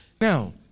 Now